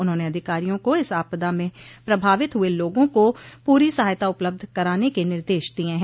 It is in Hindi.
उन्होंने अधिकारियों को इस आपदा में प्रभावित हुए लोगों को पूरी सहायता उपलब्ध कराने के निर्देश दिये हैं